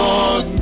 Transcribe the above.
on